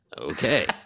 Okay